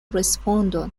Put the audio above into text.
respondon